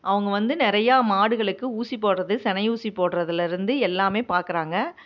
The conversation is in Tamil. அவங்க வந்து நிறையா மாடுகளுக்கு ஊசி போடுறது சினை ஊசி போடுறதுல இருந்து எல்லாமே பார்க்கறாங்க